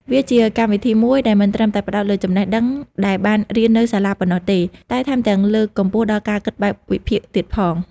វាជាកម្មវិធីមួយដែលមិនត្រឹមតែផ្ដោតលើចំណេះដឹងដែលបានរៀននៅសាលាប៉ុណ្ណោះទេ តែថែមទាំងលើកកម្ពស់ការគិតបែបវិភាគទៀតផង។